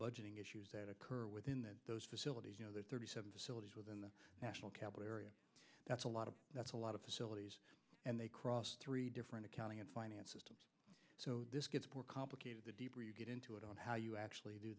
budgeting issues that occur within that those facilities are thirty seven facilities within the national capital area that's a lot of that's a lot of facilities and they cross three different accounting and finance systems so this gets more complicated the deeper you get into it on how you actually do